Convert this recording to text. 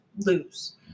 lose